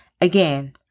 Again